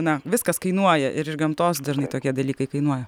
na viskas kainuoja ir iš gamtos dažnai tokie dalykai kainuoja